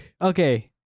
okay